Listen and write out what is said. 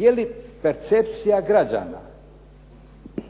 Je li percepcija građana